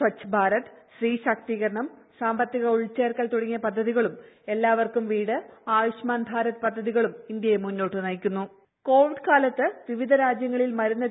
സ്വച്ച് ഭാരത് സ്ത്രീ ശാക്തീകരണം സാമ്പത്തിക ഉൾച്ചേർക്കൽ തുടങ്ങിയ പദ്ധതികളും എല്ലാവർക്കും വീട് ആയുഷ്മാൻഭാരത് പദ്ധതികളും ഇന്ത്യയെ മുന്നോട്ട് കോവിഡ് കാലത്ത് വിവിധ രാജ്യങ്ങൾക്ക് മരുന്ന് നയിക്കുന്നു